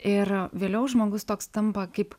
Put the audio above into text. ir vėliau žmogus toks tampa kaip